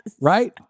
right